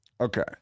Okay